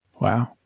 Wow